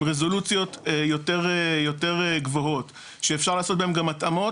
עם רזולוציות יותר גבוהות שאפשר לעשות בהן גם התאמות